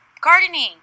gardening